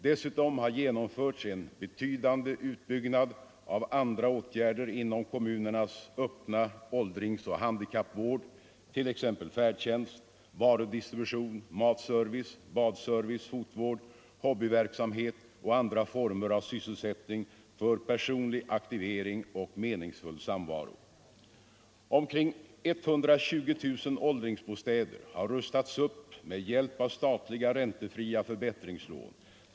Dessutom har genomförts en betydande utbyggnad av andra åtgärder inom kommunernas öppna åldringsoch handikappvård, t.ex. färdtjänst, varudistribution, matservice, badservice, fotvård, hobbyverksamhet och andra former av sysselsättning för personlig ak 31 tivering och meningsfull samvaro. Omkring 120 000 åldringsbostäder har rustats upp med hjälp av statliga räntefria förbättringslån.